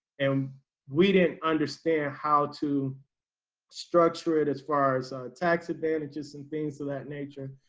and we didn't understand how to structure it as far as tax advantages and things of that nature.